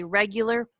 regular